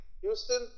Houston